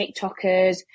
TikTokers